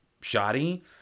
shoddy